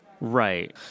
Right